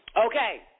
Okay